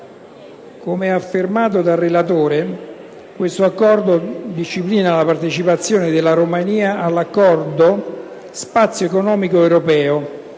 Come affermato dal relatore, questo Accordo disciplina la partecipazione della Romania all'Accordo sullo Spazio economico europeo